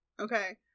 Okay